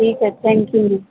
ٹھیک ہے thank you